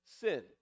sin